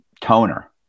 toner